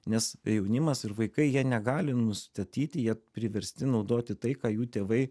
nes jaunimas ir vaikai jie negali nustatyti jie priversti naudoti tai ką jų tėvai